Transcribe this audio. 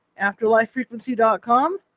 afterlifefrequency.com